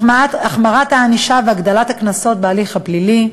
החמרת הענישה והגדלת הקנסות בהליך הפלילי,